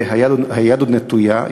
והיד עוד נטויה.